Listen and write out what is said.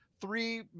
Three